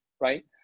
right